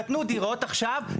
נתנו דירות עכשיו,